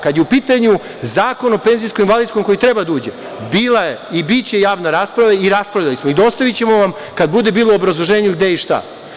Kad je u pitanju Zakon o penzijskom i invalidskom koji treba da uđe, bila je i biće javna rasprava i raspravljali smo i dostavićemo vam kada bude bilo u obrazloženju gde i šta.